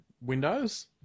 windows